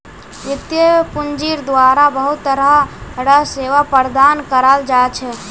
वित्तीय पूंजिर द्वारा बहुत तरह र सेवा प्रदान कराल जा छे